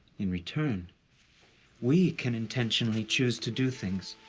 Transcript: in return we can intentionally choose to do things